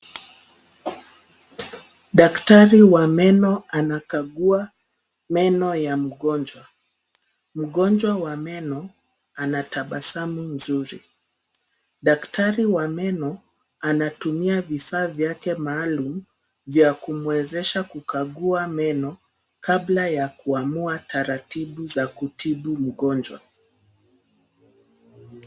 Daktari wa meno anakagua meno ya mgonjwa, mgonjwa wa meno anatabasamu nzuri daktari wa meno anatumia vifaa vyake maalum vya kumwezesha kukagua meno kabla ya kuamua taratibu za kutibu mgonjwa.